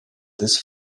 this